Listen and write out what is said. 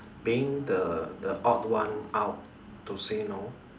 being the the odd one out to say no